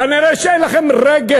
כנראה אין לכם רגש.